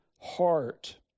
heart